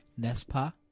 Nespa